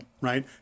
right